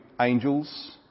angels